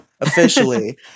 officially